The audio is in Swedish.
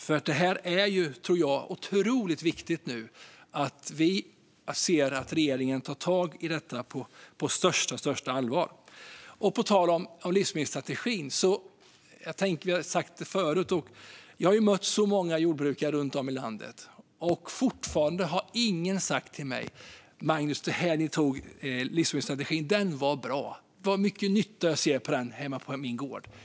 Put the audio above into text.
Jag tror att det nu är otroligt viktigt att vi ser att regeringen tar tag i detta på största allvar. På tal om livsmedelsstrategin - jag har sagt detta förut - har jag mött många jordbrukare runt om i landet. Fortfarande har ingen sagt till mig: Magnus! Livsmedelsstrategin som ni antog var bra. Vad mycket nytta jag ser av den hemma på min gård!